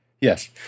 Yes